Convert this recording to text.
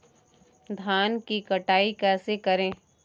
धान की कटाई कैसे करें?